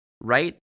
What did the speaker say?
right